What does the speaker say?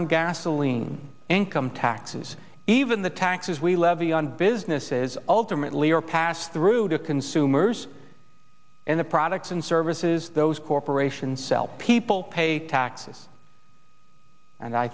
on gasoline income taxes even the taxes we levy on businesses ultimately are passed through to consumers and the products and services those corporations sell people pay taxes and i